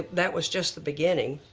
that was just the beginning.